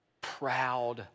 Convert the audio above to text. Proud